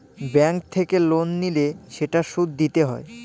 bank থেকে loan নিলে সেটার সুদ দিতে হয়